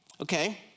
Okay